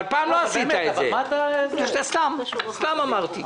סתם אמרתי.